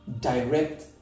direct